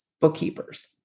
bookkeepers